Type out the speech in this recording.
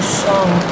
song